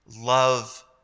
love